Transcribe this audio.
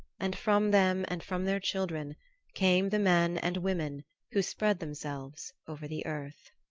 and from them and from their children came the men and women who spread themselves over the earth.